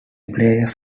players